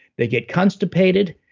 they get constipated,